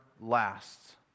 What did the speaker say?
lasts